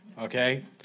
okay